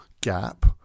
gap